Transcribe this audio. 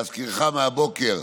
להזכירך מהבוקר.